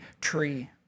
tree